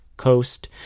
coast